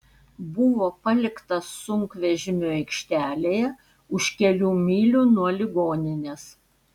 buvo paliktas sunkvežimių aikštelėje už kelių mylių nuo ligoninės